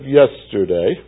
yesterday